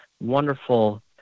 wonderful